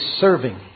serving